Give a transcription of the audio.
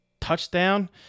touchdown